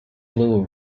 blue